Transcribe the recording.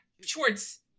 schwartz